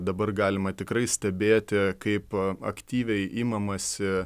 dabar galima tikrai stebėti kaip aktyviai imamasi